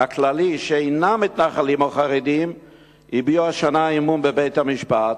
הכללי שאינם מתנחלים או חרדים הביע השנה אמון בבית-המשפט?